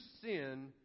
sin